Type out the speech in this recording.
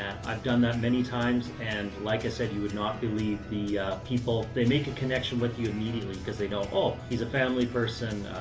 i've done that many times. and like i said, you would not believe the people, they make a connection with you immediately because they know, oh he's a family person.